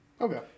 Okay